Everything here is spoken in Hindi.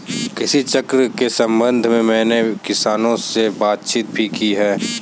कृषि चक्र के संबंध में मैंने किसानों से बातचीत भी की है